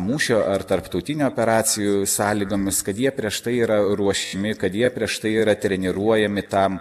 mūšio ar tarptautinių operacijų sąlygomis kad jie prieš tai yra ruošiami kad jie prieš tai yra treniruojami tam